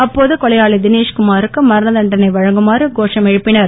அப்போது கொலையாளி தினேஷ் குமாருக்கு மரண தண்டனை வழங்குமாறு கோஷம் எழுப்பினர்